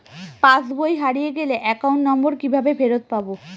পাসবই হারিয়ে গেলে account number কিভাবে ফেরত পাব?